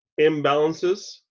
imbalances